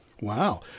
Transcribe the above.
Wow